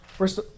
First